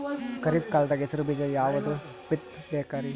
ಖರೀಪ್ ಕಾಲದಾಗ ಹೆಸರು ಬೀಜ ಯಾವದು ಬಿತ್ ಬೇಕರಿ?